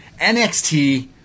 NXT